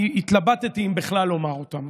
אני התלבטתי אם בכלל לומר אותם,